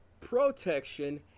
protection